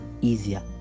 easier